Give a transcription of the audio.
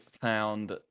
found